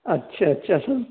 اچھا اچھا سر